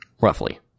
roughly